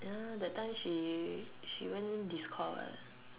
ya that time she she went in discord eh